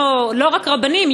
לא רק רבנים,